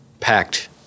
packed